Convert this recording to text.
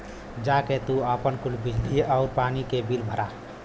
जा के तू आपन कुल बिजली आउर पानी क बिल भरा